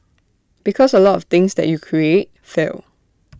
because A lot of things that you create fail